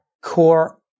core